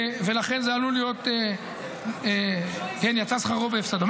ולכן יצא שכרו בהפסדו.